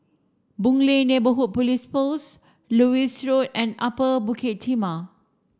Boon Lay Neighbourhood Police Post Lewis Road and Upper Bukit Timah